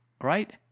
Right